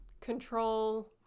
control